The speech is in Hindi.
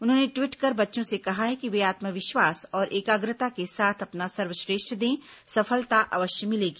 उन्होंने ट्वीट कर बच्चों से कहा है कि वे आत्मविश्वास और एकाग्रता के साथ अपना सर्वश्रेष्ठ दें सफलता अवश्य मिलेगी